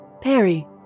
Perry